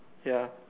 ya